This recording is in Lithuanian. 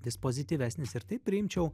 vis pozityvesnis ir tai priimčiau